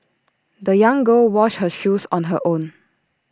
the young girl washed her shoes on her own